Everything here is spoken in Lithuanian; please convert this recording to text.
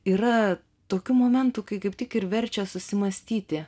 yra tokių momentų kai kaip tik ir verčia susimąstyti